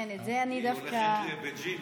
היא הולכת לבייג'ינג.